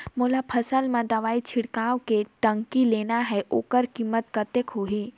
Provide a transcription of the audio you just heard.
मोला फसल मां दवाई छिड़काव के टंकी लेना हे ओकर कीमत कतेक होही?